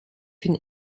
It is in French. une